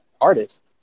artists